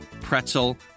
pretzel